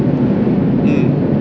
mm